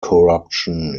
corruption